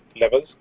levels